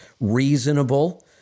reasonable